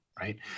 Right